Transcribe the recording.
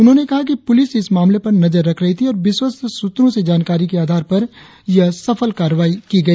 उन्होने कहा कि पूलिस इस मामले पर नजर रख रही थी और विश्वस्त सूत्रो से जानकारी के आधार पर यह सफल कार्रवाई की गई